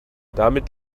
damit